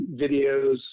videos